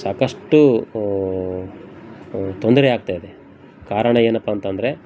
ಸಾಕಷ್ಟು ತೊಂದರೆ ಆಗ್ತಾ ಇದೆ ಕಾರಣ ಏನಪ್ಪ ಅಂತಂದರೆ